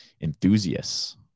enthusiasts